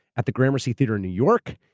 at the gramercy theater in new york.